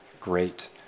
great